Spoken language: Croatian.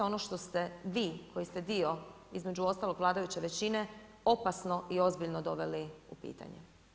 Ono što ste vi koji ste dio između ostalog vladajuće većine opasno i ozbiljno doveli u pitanje.